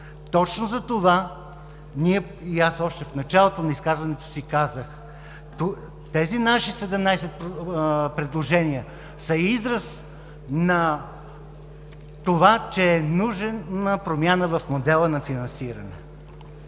Точно затова още в началото на изказването си казах: тези наши 17 предложения са израз на това, че е нужна промяна в модела на финансиране.